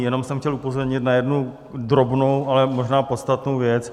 Jenom jsem chtěl upozornit na jednu drobnou, ale možná podstatnou věc.